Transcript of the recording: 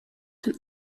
den